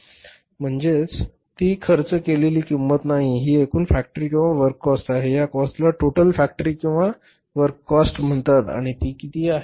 ही सोपी नसते म्हणजे ती खर्च केलेली किंमत नाही ही एकूण फॅक्टरी किंवा वर्क काॅस्ट आहे या काॅस्ट ला टोटल फॅक्टरी किंवा वर्क काॅस्ट म्हणतात आणि ती किती आहे